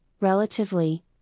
relatively